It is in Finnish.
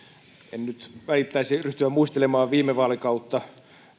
en nyt välittäisi ryhtyä muistelemaan viime vaalikautta